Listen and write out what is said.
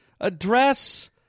address